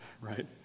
right